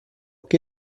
que